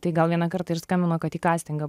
tai gal vieną kartą ir skambino kad į kastingą